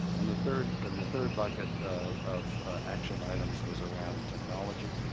and the third and the third bucket of action items was around technology.